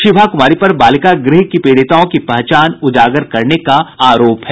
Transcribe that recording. शिभा कुमारी पर बालिका गृह की पीड़िताओं की पहचान उजागर करने का आरोप है